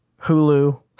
Hulu